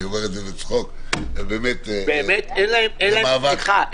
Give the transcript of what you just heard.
באמת, אין להם תמיכה.